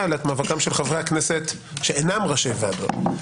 אלא את מאבקם של חברי הכנסת שאינם ראשי ועדות.